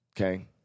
Okay